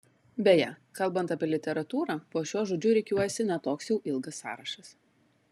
beje kalbant apie literatūrą po šiuo žodžiu rikiuojasi ne toks jau ilgas sąrašas